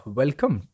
welcome